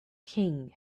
king